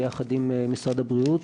ביחד עם משרד הבריאות,